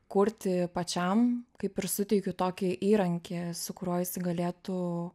kurti pačiam kaip ir suteikiu tokį įrankį su kuriuo jis galėtų